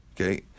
okay